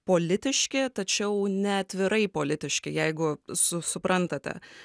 politiški tačiau ne atvirai politiški jeigu su suprantate